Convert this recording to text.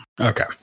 Okay